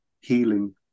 healing